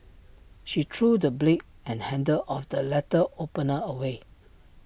she threw the blade and handle of the letter opener away